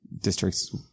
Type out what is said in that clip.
districts